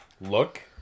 look